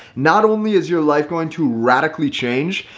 not only is your life going to radically change,